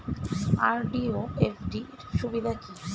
RD ও FD র সুবিধা কি?